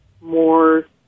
more